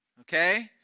okay